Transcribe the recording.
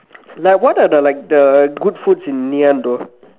like what are the like the good foods in Ngee-Ann though